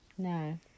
No